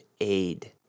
aid